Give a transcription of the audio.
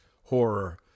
horror